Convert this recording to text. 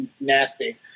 nasty